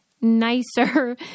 nicer